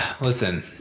listen